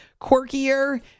quirkier